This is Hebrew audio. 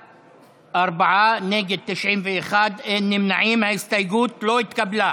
נגד, 91. ההסתייגות לא התקבלה.